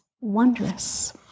wondrous